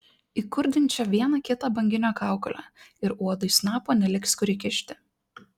įkurdink čia vieną kitą banginio kaukolę ir uodui snapo neliks kur įkišti